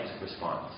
response